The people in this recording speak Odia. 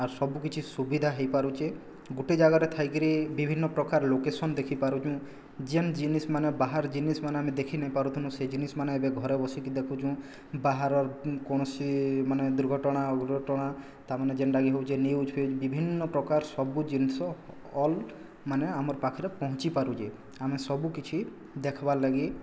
ଆର୍ ସବୁକିଛି ସୁବିଧା ହେଇପାରୁଛେ ଗୋଟେ ଜାଗାରେ ଥାଇକିରି ବିଭିନ୍ନ ପ୍ରକାର ଲୋକେସନ୍ ଦେଖିପାରୁଛୁ ଯେନ୍ ଜିନିଷ ମାନେ ବାହାର ଜିନିଷ ମାନେ ଆମେ ଦେଖି ନାଇଁ ପାରୁଥିନୁ ସେଇ ଜିନିଷ ମାନେ ଆମେ ଏବେ ଘରେ ବସି ଦେଖୁଛୁଁ ବାହାରର କୌଣସି ମାନେ ଦୁର୍ଘଟଣା ଓଲଟଣା ତାମାନେ ଯେଣ୍ଟା କି ହଉଛେ ନ୍ୟୁଜ୍ ଫିଉଜ୍ ବିଭିନ୍ନ ପ୍ରକାର ସବୁ ଜିନିଷ ଅଲ୍ ମାନେ ଆମର ପାଖରେ ପହଞ୍ଚି ପାରୁଛେ ଆମେ ସବୁକିଛି ଦେଖବାର୍ ଲାଗି